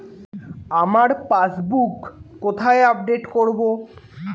আমার পাসবুক কোথায় আপডেট করব?